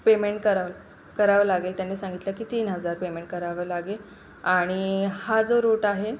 payment कराव करावं लागेल त्यांनी सांगितलं की तीन हजार पेमेंट करावं लागेल आणि हा जो रूट आहे